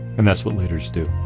and that's what leaders do.